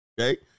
Okay